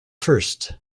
first